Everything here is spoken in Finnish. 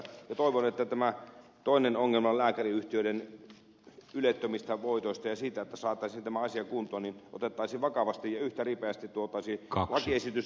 toivon että otettaisiin vakavasti tämä toinen ongelma lääkäriyhtiöiden ylettömistä voitoista ja siitä että saataisiin tämä asia kuntoon ja yhtä ripeästi tuotaisiin lakiesitys eduskuntaan